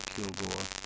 Kilgore